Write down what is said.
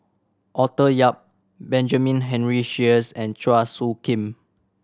Arthur Yap Benjamin Henry Sheares and Chua Soo Khim